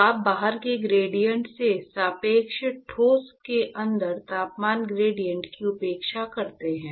तो आप बाहर के ग्रेडिएंट के सापेक्ष ठोस के अंदर तापमान ग्रेडिएंट की उपेक्षा करते हैं